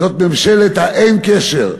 זאת ממשלת האין-קשר,